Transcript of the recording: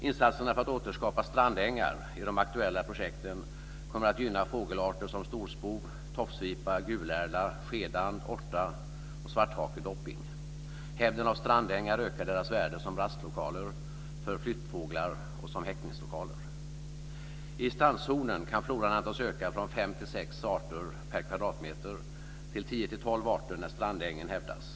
Insatserna för att återskapa strandängar i de aktuella projekten kommer att gynna fågelarter som storspov, tofsvipa, gulärla, skedand, årta och svarthakedopping. Hävden av strandängarna ökar deras värde som rastlokaler för flyttfåglar och som häckningslokaler. I strandzonen kan floran antas öka från fem till sex arter per kvadratmeter till tio till tolv arter per kvadratmeter när strandängen hävdas.